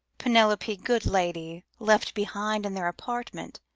penelope, good lady, left behind in their apartment,